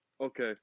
Okay